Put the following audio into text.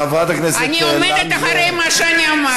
אני עומדת מאחורי מה שאמרתי.